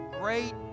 great